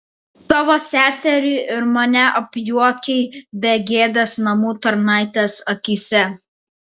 savo seserį ir mane apjuokei begėdės namų tarnaitės akyse